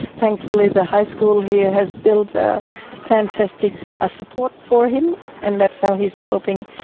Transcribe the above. thankfully the high school here has built a fantastic ah support for him and that's how he's coping.